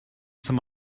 some